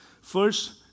First